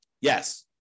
Yes